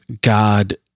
God